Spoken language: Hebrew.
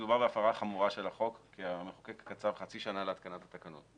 מדובר בהפרה חמורה של החוק כי המחוקק קצב חצי שנה להתקנת התקנות.